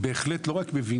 ובהחלט אני לא רק מבין,